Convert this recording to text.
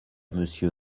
monsieur